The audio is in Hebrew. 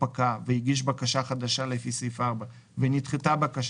פקע והגיש בקשה חדשה לפי סעיף 4 ונדחתה בקשתו,